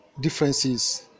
differences